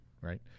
Right